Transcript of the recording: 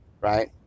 right